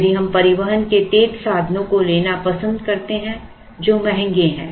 यदि हम परिवहन के तेज साधनों को लेना पसंद करते हैं जो महंगे हैं